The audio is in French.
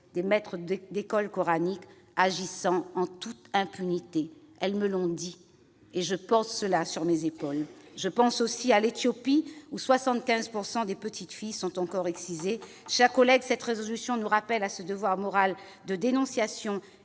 des maîtres d'école coranique agissant en toute impunité. Je porte leur parole sur mes épaules. Je pense aussi à l'Éthiopie, où 75 % des petites filles sont encore excisées. Chers collègues, cette résolution nous rappelle à ce devoir moral de dénonciation